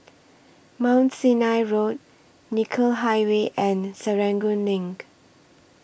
Mount Sinai Road Nicoll Highway and Serangoon LINK